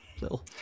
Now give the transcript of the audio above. Little